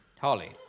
Holly